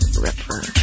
ripper